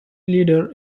leader